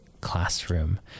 classroom